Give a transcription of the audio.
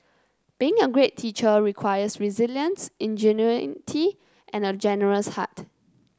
being a great teacher requires resilience ingenuity and a generous heart